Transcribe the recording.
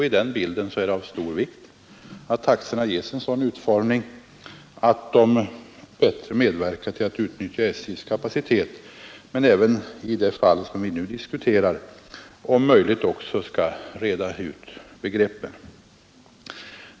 I det sammanhanget är det av stor vikt att taxorna ges en sådan utformning att de bättre medverkar till att utnyttja SJ:s kapacitet men även, i det fall som vi nu diskuterar, att man om möjligt reder ut begreppen.